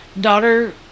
Daughter